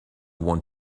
want